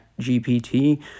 GPT